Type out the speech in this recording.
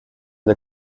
der